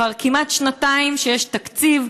כבר כמעט שנתיים שיש תקציב,